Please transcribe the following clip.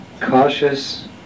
cautious